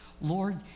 Lord